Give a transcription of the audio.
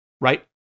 right